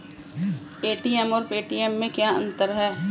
ATM और Paytm में क्या अंतर है?